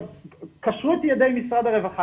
קשרו את ידי משרד הרווחה.